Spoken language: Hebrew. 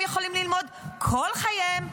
הם יכולים ללמוד כל חייהם,